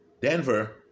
Denver